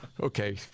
Okay